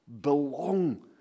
belong